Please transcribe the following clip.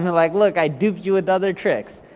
and like look, i duped you with other tricks.